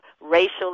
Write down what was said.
racial